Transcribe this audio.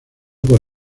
por